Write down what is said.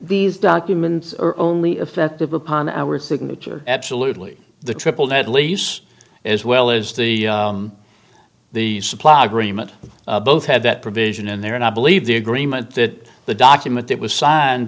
these documents are only effective upon our signature absolutely the triple net lease as well as the the supply agreement both had that provision in there and i believe the agreement that the document that was signed